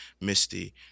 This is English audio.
Misty